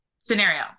scenario